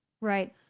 Right